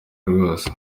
rwose